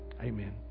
Amen